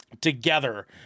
together